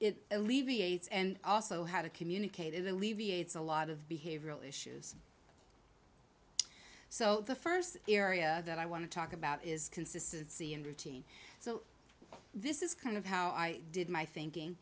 it alleviates and also how to communicate it alleviates a lot of behavioral issues so the first area that i want to talk about is consistency and routine so this is kind of how i did my thinking